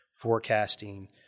forecasting